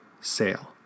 sale